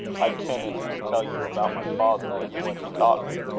i can at least tell you about my father, and what he taught me.